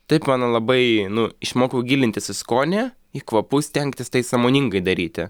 taip mano labai nu išmokau gilintis į skonį į kvapus stengtis tai sąmoningai daryti